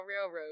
Railroad